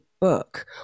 book